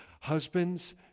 Husbands